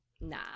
Nah